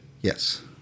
Yes